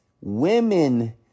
women